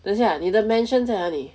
等下你的 mansion 在哪里